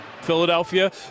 philadelphia